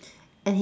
and he